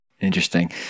Interesting